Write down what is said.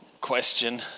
question